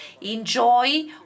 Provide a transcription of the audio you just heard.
enjoy